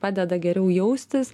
padeda geriau jaustis